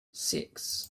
six